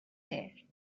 there